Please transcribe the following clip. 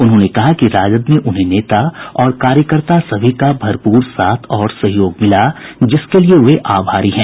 उन्होंने कहा कि राजद में उन्हें नेता और कार्यकर्ता सभी का भरपूर साथ और सहयोग मिला जिसके लिये वे आभारी हैं